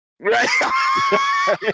Right